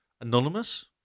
anonymous